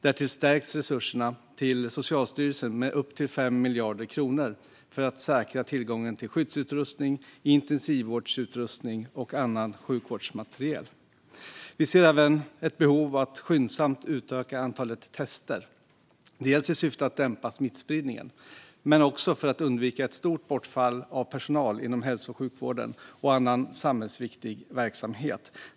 Därtill stärks resurserna till Socialstyrelsen med upp till 5 miljarder kronor för att säkra tillgången till skyddsutrustning, intensivvårdsutrustning och annan sjukvårdsmateriel. Vi ser även ett behov av att skyndsamt utöka antalet tester. Det handlar inte bara om att dämpa smittspridningen utan även om att undvika ett stort bortfall av personal inom hälso och sjukvården och annan samhällsviktig verksamhet.